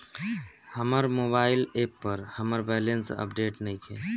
हमर mobile app पर हमर बैलेंस अपडेट नइखे